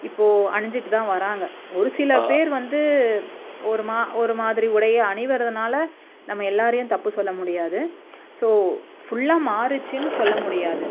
இப்போது அணிஞ்சுட்டு தான் வராங்க ஒரு சில பேர் வந்து ஒரு மா ஒரு மாதிரி உடைய அணிகிறதனால நம்ம எல்லாேரையும் தப்பு சொல்ல முடியாது ஸோ ஃபுல்லாக மாறிடுச்சின்னு சொல்ல முடியாது